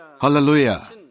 Hallelujah